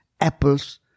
apples